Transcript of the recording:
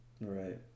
right